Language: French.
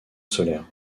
solaire